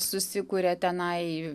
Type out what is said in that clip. susikuria tenai